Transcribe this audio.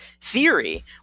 theory